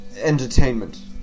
entertainment